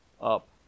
up